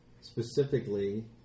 Specifically